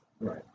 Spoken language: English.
Right